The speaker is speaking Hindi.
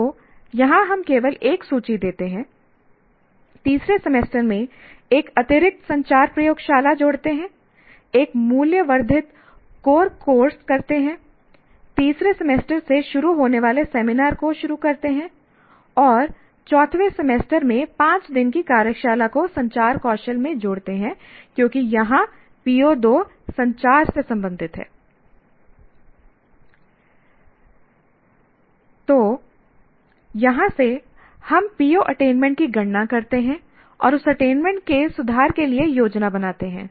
तो यहाँ हम केवल एक सूची देते हैं तीसरे सेमेस्टर में एक अतिरिक्त संचार प्रयोगशाला जोड़ते हैं एक मूल्य वर्धित कोर कोर्स करते हैं तीसरे सेमेस्टर से शुरू होने वाले सेमिनार को शुरू करते हैं और 4 वें सेमेस्टर में 5 दिन की कार्यशाला को संचार कौशल में जोड़ते हैं क्योंकि यहाँ PO2 संचार से संबंधित हैI तो यहां से हम PO अटेनमेंट की गणना करते हैं और उस अटेनमेंट के सुधार के लिए योजना बनाते हैं